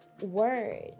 word